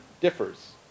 differs